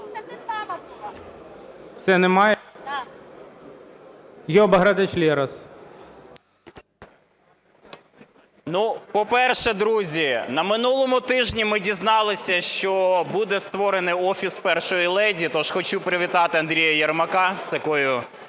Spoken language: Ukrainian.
Ну, по-перше, друзі, на минулому тижні ми дізналися, що буде створений Офіс першої леді. Тож хочу привітати Андрія Єрмака з такою…